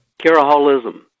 caraholism